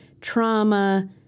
trauma